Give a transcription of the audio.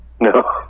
No